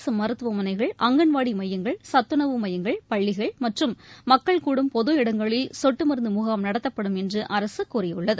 அரசு மருத்துவமனைகள் அங்கன்வாடி மையங்கள் சத்துணவு மையங்கள் பள்ளிகள் மற்றும் மக்கள் கூடும் பொது இடங்களில் சொட்டு மருந்து முகாம் நடத்தப்படும் என்று அரசு கூறியுள்ளது